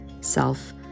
self